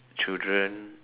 children